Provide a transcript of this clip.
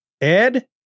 Ed